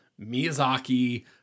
miyazaki